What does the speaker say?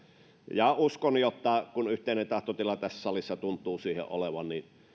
ja uskon että kun yhteinen tahtotila tässä salissa tuntuu siihen olevan